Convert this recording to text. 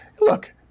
look